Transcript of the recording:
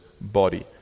body